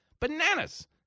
Bananas